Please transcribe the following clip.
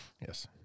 yes